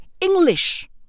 English